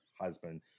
husband